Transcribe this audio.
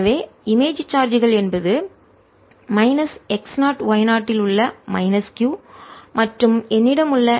எனவே இமேஜ் சார்ஜ்கள் என்பது மைனஸ் x0 y0 இல் உள்ள மைனஸ் q மற்றும் என்னிடம் உள்ள